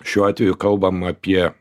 šiuo atveju kalbam apie